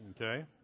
Okay